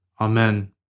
Amen